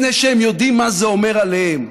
מפני שהם יודעים מה זה אומר עליהם,